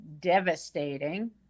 devastating